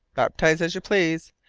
baptize as you please.